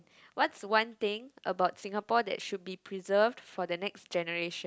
what's one thing about Singapore that should be preserved for the next generation